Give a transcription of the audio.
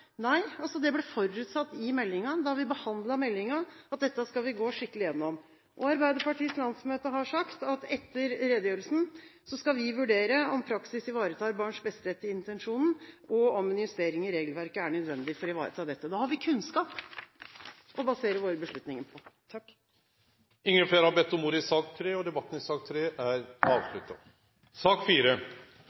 Nei, det ble forutsatt i meldingen og da vi behandlet meldingen, at dette skal vi gå skikkelig igjennom. Arbeiderpartiets landsmøte har sagt at etter redegjørelsen skal vi vurdere om praksis ivaretar barns beste etter intensjonen, og om en justering i regelverket er nødvendig for å ivareta dette. Da har vi kunnskap å basere våre beslutninger på. Fleire har ikkje bedt om ordet til sak